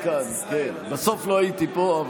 בסוף לא הייתי פה.